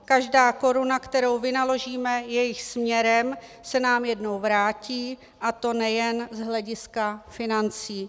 Každá koruna, kterou vynaložíme jejich směrem, se nám jednou vrátí, a to nejen z hlediska financí.